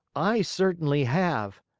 i certainly have,